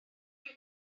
chi